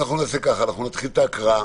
נתחיל את ההקראה